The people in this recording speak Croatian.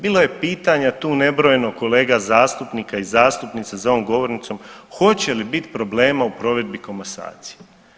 Bilo je pitanja tu nebrojeno kolega zastupnika i zastupnica za ovom govornicom hoće li bit problema u provedbi komasacija?